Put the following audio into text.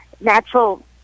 natural